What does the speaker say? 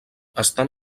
estan